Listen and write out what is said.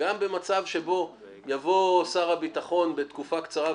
גם במצב שבו יבוא שר הביטחון בתקופה קצרה,